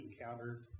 encountered